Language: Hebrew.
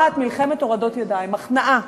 מלחמת הורדות ידיים, הכנעה.